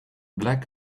black